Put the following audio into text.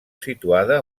situada